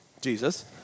Jesus